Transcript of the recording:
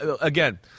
again